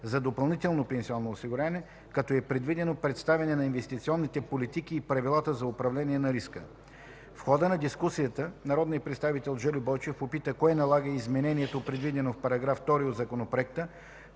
за допълнително пенсионно осигуряване, като е предвидено представяне на инвестиционните политики и правилата за управление на риска. В хода на дискусията народният представител Жельо Бойчев попита кое налага изменението, предвидено в § 2 от Законопроекта,